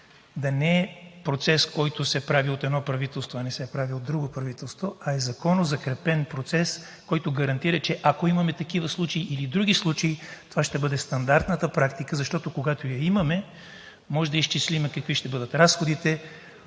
да не е процес, който се прави от едно правителство, а не се прави от друго правителство, а е законозакрепен процес, който гарантира, че ако имаме такива случаи или други случаи, това ще бъде стандартната практика, защото, когато я имаме, можем да изчислим какви ще бъдат разходите,